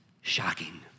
shocking